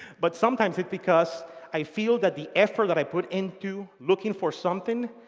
but sometimes it's because i feel that the effort that i put into looking for something,